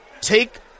Take